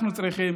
אנחנו צריכים